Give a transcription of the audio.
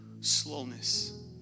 slowness